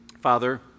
Father